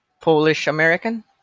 Polish-American